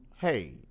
hey